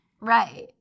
Right